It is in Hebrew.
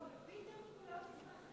לא, אבל פתאום כולם מזרחים.